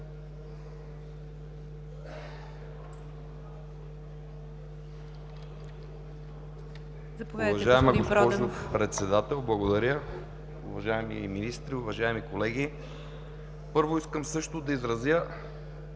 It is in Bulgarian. Заповядайте, господин Бойчев.